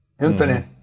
infinite